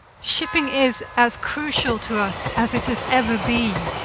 shipping is as crucial to us as it has ever been.